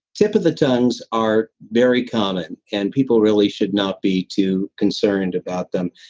tip of the tongues are very common, and people really should not be too concerned about them.